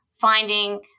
finding